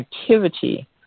activity